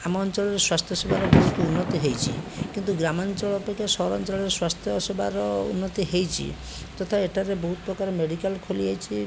ଆମ ଅଞ୍ଚଳରେ ସ୍ଵାସ୍ଥ୍ୟ ସେବାର ବହୁତ ଉନ୍ନତି ହେଇଛି କିନ୍ତୁ ଗ୍ରାମାଞ୍ଚଳ ଅପେକ୍ଷା ସହରାଞ୍ଚଳରେ ସ୍ଵାସ୍ଥ୍ୟ ସେବାର ଉନ୍ନତି ହେଇଛି ଯଥା ଏଠାରେ ବହୁତପ୍ରକାର ମେଡ଼ିକାଲ ଖୋଲିଯାଇଛି